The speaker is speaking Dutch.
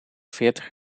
veertig